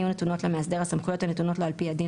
יהיו נתונות למאסדר הסמכויות הנתונות לו על פי הדין